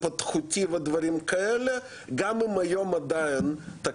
אני לא רואה שיש פה תשובות שמועילות